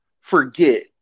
forget